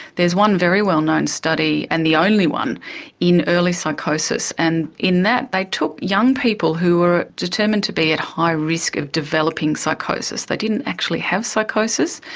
there is one very well-known study and the only one in early psychosis, and in that they took young people who were determined to be at high risk of developing psychosis, they didn't actually have psychosis,